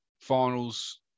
finals